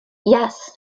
yes